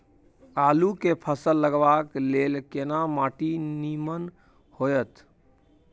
आलू के फसल लगाबय के लेल केना माटी नीमन होयत?